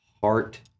heart